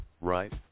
right